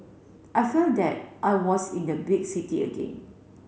I felt that I was in the big city again